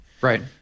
Right